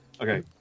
Okay